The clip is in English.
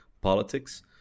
politics